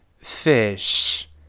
fish